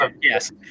Yes